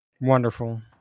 wonderful